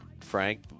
Frank